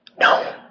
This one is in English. no